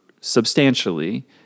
substantially